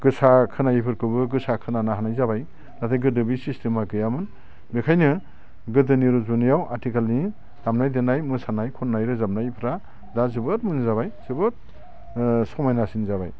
गोसा खोनायिफोरखौबो गोसा खोनानो हानाय जाबाय नाथाय गोदो बे सिसटेमा गैयामोन बेखायनो गोदोनि रुजुनायाव आथिखालनि दामनाय देनाय मोसानाय खननाय रोजाबनायफ्रा दा जोबोर मोजां जाबाय जोबोर ओ समायनासिन जाबाय